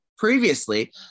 previously